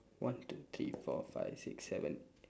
one two three four five six seven